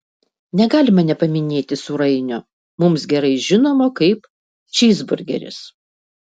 negalima nepaminėti sūrainio mums gerai žinomo kaip čyzburgeris